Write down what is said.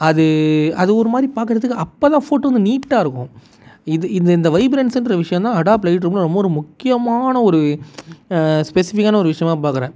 அது அது ஒருமாதிரி பாக்கிறதுக்கு அப்போ தான் ஃபோட்டோ வந்து நீட்டாக இருக்கும் இது இந்த இந்த வைப்ரன்ஸுன்ற விஷயந்தான் அடாப் லைட் ரூமில் ரொம்ப ஒரு முக்கியமான ஒரு ஸ்பெசிஃபிக்கான ஒரு விஷயமாக பாக்கிறேன்